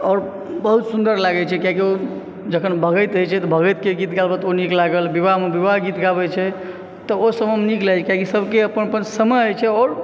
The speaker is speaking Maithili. आओर बहुत सुन्दर लागै छै कियाकि जखन भगति होइ छै तऽ भगतिके गीत गाओत ओ नीक लागल विवाह मे विवाह के गीत गाबै छै तऽ ओ सब नीक लागल कियाकि सब के अपन अपन समय होइ छै आओर